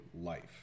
life